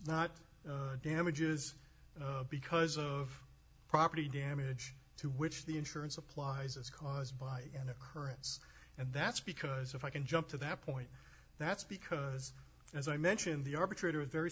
not damages because of property damage to which the insurance applies is caused by an occurrence and that's because if i can jump to that point that's because as i mentioned the arbitrator very